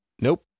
Nope